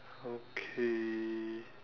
okay